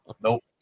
nope